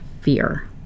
fear